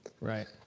Right